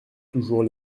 toujours